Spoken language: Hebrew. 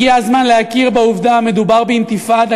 הגיע הזמן להכיר בעובדה: מדובר באינתיפאדה,